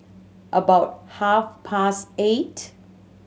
about half past eight